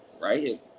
Right